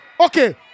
Okay